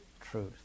truth